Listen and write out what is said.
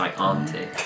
auntie